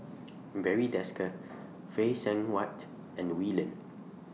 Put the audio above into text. Barry Desker Phay Seng Whatt and Wee Lin